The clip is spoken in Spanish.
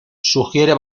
sugiere